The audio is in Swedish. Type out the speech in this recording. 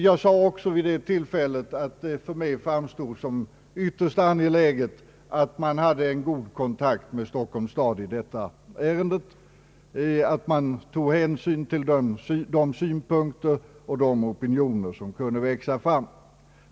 Jag sade också vid detta tillfälle att det för mig framstod som ytterst angeläget att man hade en god kontakt med Stockholms stad i detta ärende och tog hänsyn till de synpunkter och opinionsyttringar som kunde växa fram.